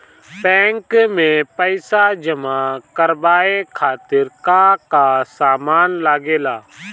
Bank में पईसा जमा करवाये खातिर का का सामान लगेला?